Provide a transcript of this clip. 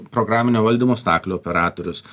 programinio valdymo staklių operatorius